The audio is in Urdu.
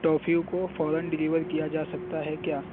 ٹافیوں کو فوراً ڈلیور کیا جا سکتا ہے کیا